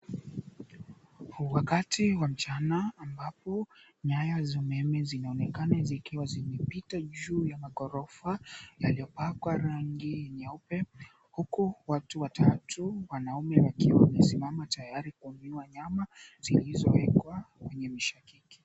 Wakati wa mchana ambapo nyaya za umeme zinaonekana zikiwa zimepita juu ya maghorofa yaliyopakwa rangi ya nyeupe huku watu watatu wanaume wakiwa wamesimama tayari kununua nyama zilizoekwa kwenye mishakiki.